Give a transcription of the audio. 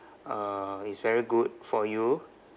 uh is very good for you